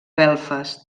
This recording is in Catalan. belfast